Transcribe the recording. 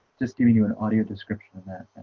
just giving you an audio description of that